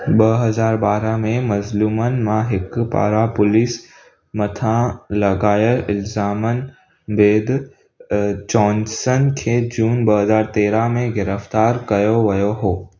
ॿ हज़ार ॿारहं में मज़लूमनि मां हिकु पारां पुलिस मथां लॻायल इल्ज़ामनि बैदि जॉंसन खे जून ॿ हज़ार तेरहं में गिरिफ़्तारु कयो वियो हुओ